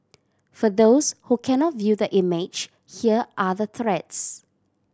for those who cannot view the image here are the threats